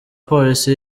polisi